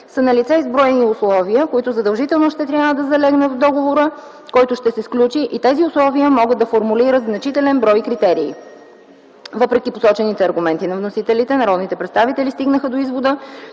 са на лице изброени условия, които задължително ще трябва да залегнат в договора, който ще се сключи, и тези условия могат да формулират значителен брой критерии. Въпреки посочените аргументи на вносителите, народните представители стигнаха до извода,